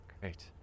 great